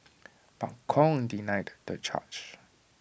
but Kong denied the charge